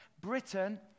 Britain